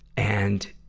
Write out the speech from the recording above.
and,